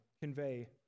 convey